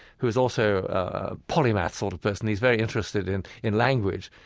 who is also a polymath sort of person he's very interested in in language.